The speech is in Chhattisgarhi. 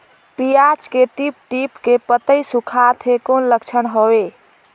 पियाज के टीप टीप के पतई सुखात हे कौन लक्षण हवे?